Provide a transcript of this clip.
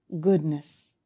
goodness